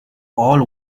all